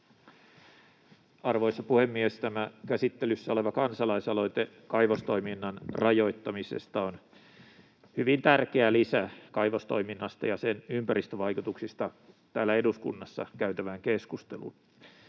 Arvoisa puhemies! Tämä käsittelyssä oleva kansalaisaloite kaivostoiminnan rajoittamisesta on hyvin tärkeä lisä kaivostoiminnasta ja sen ympäristövaikutuksista täällä eduskunnassa käytävään keskusteluun.